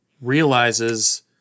realizes –